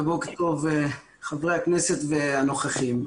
ובוקר טוב חברי הכנסת והנוכחים.